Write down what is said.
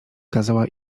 kazała